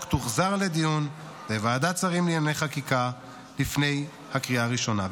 תוחזר לדיון בוועדת השרים לענייני חקיקה לפני הקריאה הראשונה.